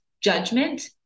judgment